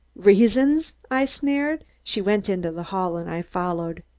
reasons! i sneered. she went into the hall and i followed.